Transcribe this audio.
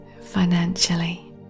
financially